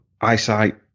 eyesight